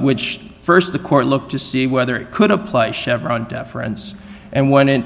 which st the court look to see whether it could apply chevron deference and when i